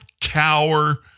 cower